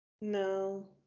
no